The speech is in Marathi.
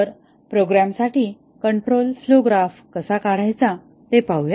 तर प्रोग्रामसाठी कंट्रोल फ्लो ग्राफ कसा काढायचा ते पाहूया